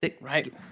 right